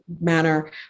manner